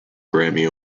grammy